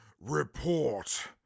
report